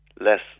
less